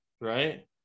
right